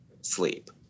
sleep